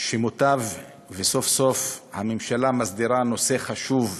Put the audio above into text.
טוב שסוף-סוף הממשלה מסדירה נושא חשוב כזה,